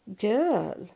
girl